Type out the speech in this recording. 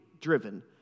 driven